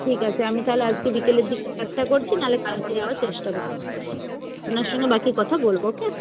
ঠিক আছে আমি তাহলে আজকে বিকেলের দিকটায় চেষ্টা করছি নাহলে কালকে যাওয়ার চেষ্টা করব আপনার সঙ্গে বাকি কথা বলব ওকে